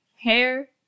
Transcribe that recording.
hair